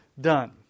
done